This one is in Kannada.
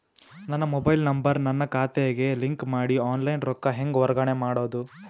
ನನ್ನ ಮೊಬೈಲ್ ನಂಬರ್ ನನ್ನ ಖಾತೆಗೆ ಲಿಂಕ್ ಮಾಡಿ ಆನ್ಲೈನ್ ರೊಕ್ಕ ಹೆಂಗ ವರ್ಗಾವಣೆ ಮಾಡೋದು?